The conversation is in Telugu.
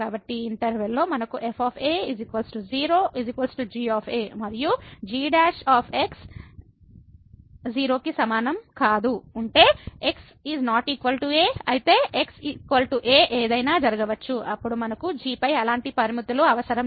కాబట్టి ఈ ఇంటర్వెల్ లో మనకు f 0 g మరియు g ≠ 0 ఉంటే x ≠ a అయితే x a ఏదైనా జరగవచ్చు అప్పుడు మనకు g పై అలాంటి లిమిట్ లు అవసరం లేదు